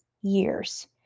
years